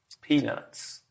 Peanuts